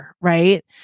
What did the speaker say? right